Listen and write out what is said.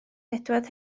edward